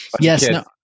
Yes